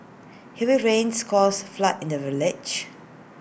heavy rains caused A flood in the village